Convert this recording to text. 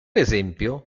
esempio